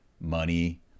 money